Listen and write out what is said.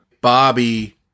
Bobby